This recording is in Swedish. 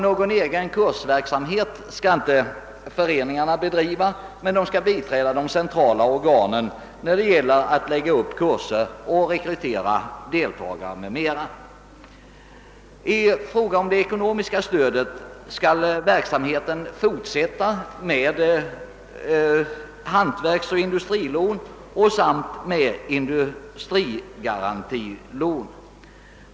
Någon egen kursverksamhet skall föreningarna inte bedriva, men de skall biträda de centrala organen när det gäller att lägga upp kurser och rekrytera deltagare m.m. I fråga om det ekonomiska stödet skall verksamheten fortsätta med hantverksoch industrilån samt med industrigarantilån.